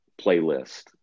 playlist